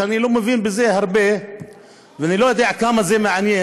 שאני לא מבין בזה הרבה ואני לא יודע כמה זה מעניין,